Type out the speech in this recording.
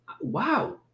wow